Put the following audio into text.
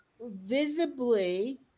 visibly